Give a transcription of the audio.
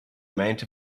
amount